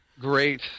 Great